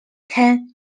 can